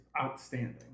outstanding